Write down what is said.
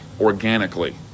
organically